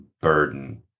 burden